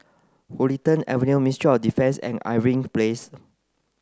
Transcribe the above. Huddington Avenue Ministry of Defence and Irving Place